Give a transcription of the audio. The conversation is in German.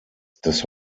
das